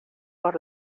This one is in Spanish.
por